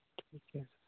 ठीक है